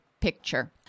picture